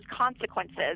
consequences